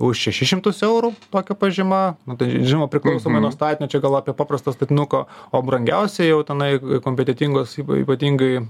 už šešis šimtus eurų tokia pažyma nu tai žinoma priklausomai nuo statinio čia gal apie paprasto statinuko o brangiausia jau tenai kompetentingos ypatingai